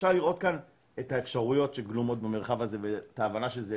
אפשר לראות כאן את האפשרויות שגלומות במרחב הזה ואת ההבנה של זה,